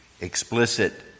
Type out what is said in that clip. explicit